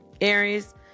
Aries